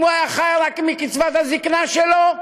אם הוא היה חי רק מקצבת הזיקנה שלו,